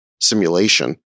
simulation